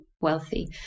wealthy